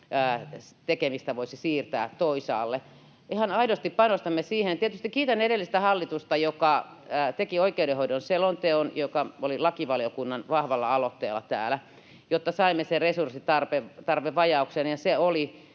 tekemistä voisi siirtää toisaalle. Ihan aidosti panostamme siihen. Tietysti kiitän edellistä hallitusta, joka teki oikeudenhoidon selonteon, joka oli lakivaliokunnan vahvalla aloitteella täällä, jotta saimme tietää sen resurssitarvevajauksen. Se oli